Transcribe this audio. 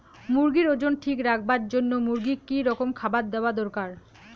মুরগির ওজন ঠিক রাখবার জইন্যে মূর্গিক কি রকম খাবার দেওয়া দরকার?